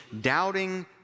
Doubting